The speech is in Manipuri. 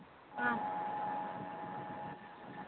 ꯎꯝ